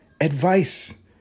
advice